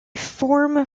form